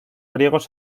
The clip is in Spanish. griegos